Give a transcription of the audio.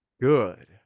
good